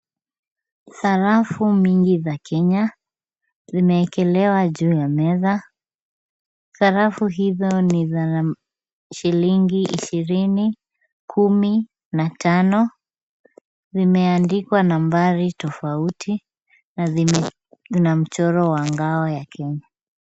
Sarafu nyingi za Kenya. Zimewekelewa juu ya meza. Sarafu hizo ni za shilingi ishirini, kumi na tano. Zimeandikwa nambari tofauti na zina mchoro wa ngao ya Kenya.